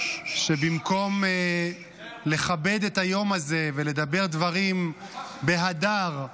-- שבמקום לכבד את היום הזה ולדבר דברים בהדר,